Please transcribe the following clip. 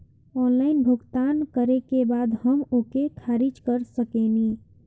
Online भुगतान करे के बाद हम ओके खारिज कर सकेनि?